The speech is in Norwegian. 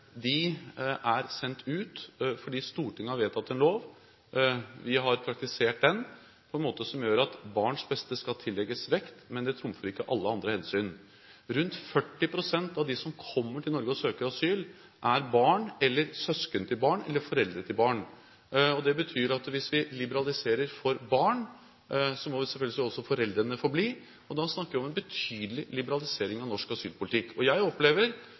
De ble sendt ut fordi Stortinget har vedtatt en lov. Vi har praktisert den på en måte som gjør at barns beste skal tillegges vekt, men det trumfer ikke alle andre hensyn. Rundt 40 pst. av dem som kommer til Norge og søker asyl, er barn, søsken til barn eller foreldre til barn. Det betyr at hvis vi liberaliserer for barn, må selvfølgelig også foreldrene få bli, og da snakker vi om en betydelig liberalisering av norsk asylpolitikk. Jeg opplever